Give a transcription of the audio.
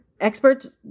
experts